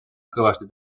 kõvasti